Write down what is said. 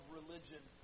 religion